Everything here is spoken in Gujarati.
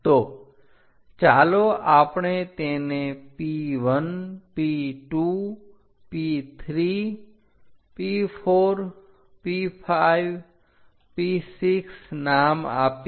તો ચાલો આપણે તેને P1 P2 P3 P4 P5 P6 નામ આપીએ